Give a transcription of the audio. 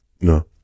No